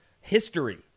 history